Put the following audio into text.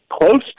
close